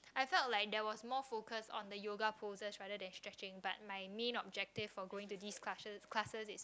I felt like there was more focus on the yoga poses rather than stretching but my main objective for going to this classes classes is is